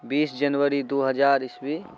बीस जनवरी दू हजार ईस्वी